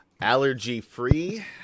Allergy-free